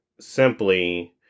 Simply